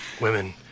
Women